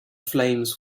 flames